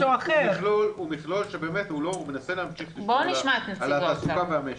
מכלול שמנסה להמשיך לשמור על התעסוקה והמשק,